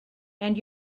and